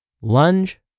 lunge